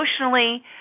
emotionally